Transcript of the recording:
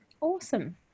Awesome